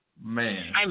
Man